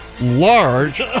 large